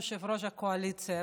יושב-ראש הקואליציה.